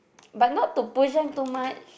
but not to push them too much